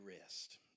rest